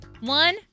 one